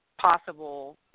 possible